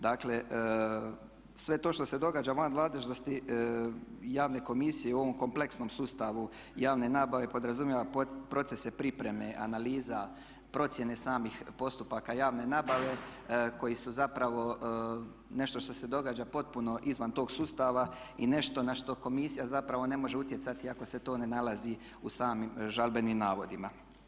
Dakle, sve to što se događa van nadležnosti javne komisije u ovom kompleksnom sustavu javne nabave podrazumijeva procese pripreme analiza procjene samih postupaka javne nabave koji su zapravo nešto što se događa potpuno izvan tog sustava i nešto na što komisija zapravo ne može utjecati ako se to ne nalazi u samim žalbenim navodima.